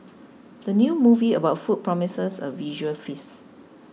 the new movie about food promises a visual feast